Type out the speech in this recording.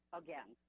again